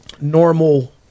normal